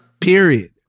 period